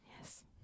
Yes